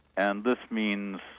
and this means,